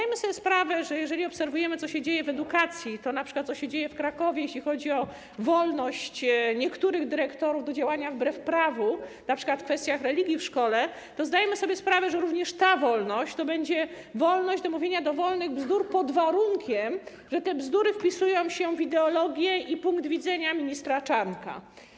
Jeżeli obserwujemy, co się dzieje w edukacji, np. to, co dzieje się w Krakowie, jeśli chodzi o wolność niektórych dyrektorów do działania wbrew prawu, np. w kwestiach religii w szkole, to zdajemy sobie sprawę, że również ta wolność będzie wolnością do mówienia dowolnych bzdur pod warunkiem, że te bzdury wpisują się w ideologię i punkt widzenia ministra Czarnka.